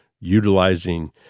utilizing